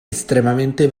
estremamente